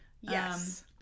Yes